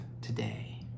today